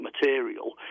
material